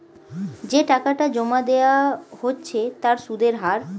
যে টাকাটা জমা দেওয়া হচ্ছে তার সুদের হার